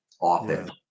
often